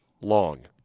long